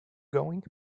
going